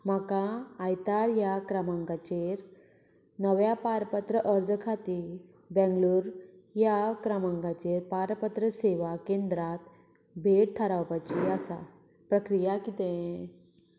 म्हाका आयतार ह्या क्रमांकाचेर नव्या पारपत्र अर्ज खाती बँगलोर ह्या क्रमांकाचेर पारपत्र सेवा केंद्रांत भेट थारावपाची आसा प्रक्रिया कितें